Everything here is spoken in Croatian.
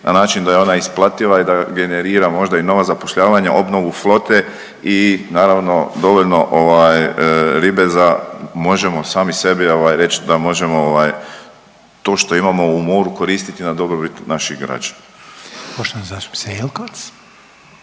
na način da je ona isplativa i da generira možda i nova zapošljavanja, obnovu flote i naravno dovoljno ribe za možemo sami sebi reći da možemo to što imamo u moru koristiti na dobrobit naših građana. **Reiner, Željko